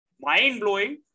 mind-blowing